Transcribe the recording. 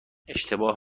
اشتباه